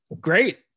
great